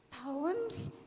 Poems